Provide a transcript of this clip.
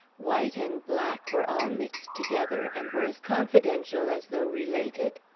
white and black were all mixed together, and were as confidential as though related.